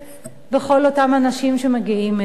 כל אותם אנשים שמגיעים אלינו?